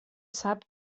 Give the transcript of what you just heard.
sap